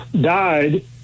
died